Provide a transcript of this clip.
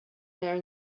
there